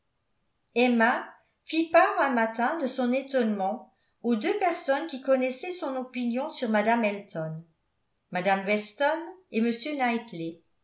emma fit part un matin de son étonnement aux deux personnes qui connaissaient son opinion sur mme elton mme weston et